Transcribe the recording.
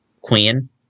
queen